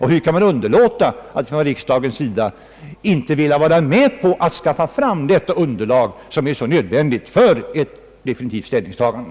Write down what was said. Hur kan riksdagen underlåta att skaffa fram det underlag som är så nödvändigt för ett definitivt ställningstagande?